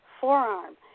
forearm